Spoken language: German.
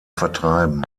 vertreiben